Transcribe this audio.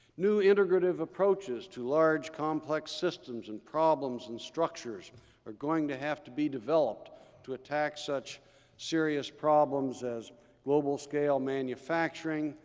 new integrative approaches to large, complex systems, and problems, and structures are going to have to be developed to attack such serious problems as global scale manufacturing,